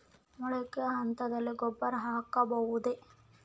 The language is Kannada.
ಮೊಳಕೆ ಹಂತದಲ್ಲಿ ಗೊಬ್ಬರ ಹಾಕಬಹುದೇ?